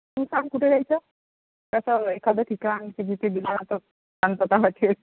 तू सांग कुठे जायचं तसं एखादं ठिकाण की जिथे शांतता वाटेल